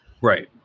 Right